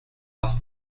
off